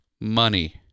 money